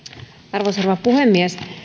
arvoisa rouva puhemies